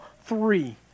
three